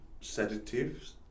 sedatives